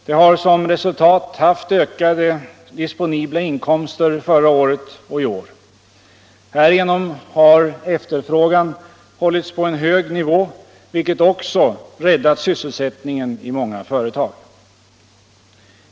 Det har som resultat haft ökade disponibla inkomster förra året och i år. Härigenom har efterfrågan hållits på en hög nivå, vilket också räddat sysselsättningen i många företag.